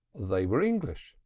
they were english,